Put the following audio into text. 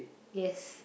yes